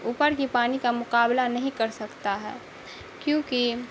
اوپر کی پانی کا مقابلہ نہیں کر سکتا ہے کیونکہ